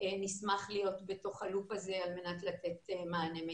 נשמח להיות בלופ הזה על מנת לתת מענה מיטבי.